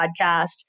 podcast